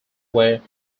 were